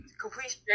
complete